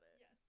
Yes